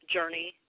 journey